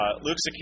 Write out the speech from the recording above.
Luke's